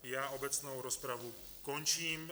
Já obecnou rozpravu končím.